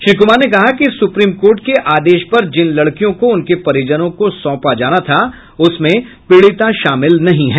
श्री कुमार ने कहा कि सुप्रीम कोर्ट के आदेश पर जिन लड़कियों को उनके परिजनों को सौंपा जाना था उसमें पीड़िता शामिल नहीं है